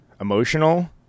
emotional